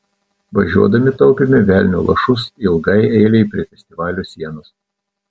važiuodami taupėme velnio lašus ilgai eilei prie festivalio sienos